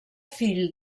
fill